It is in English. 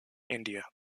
india